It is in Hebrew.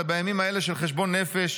אבל בימים האלה של חשבון נפש,